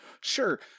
Sure